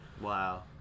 Wow